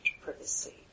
privacy